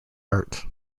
art